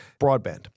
broadband